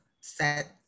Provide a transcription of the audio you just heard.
set